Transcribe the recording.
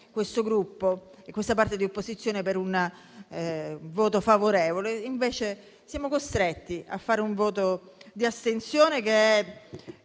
questo Gruppo e questa parte di opposizione per un voto favorevole. Invece, siamo costretti ad un voto di astensione,